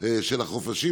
של החופשות.